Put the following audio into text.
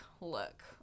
look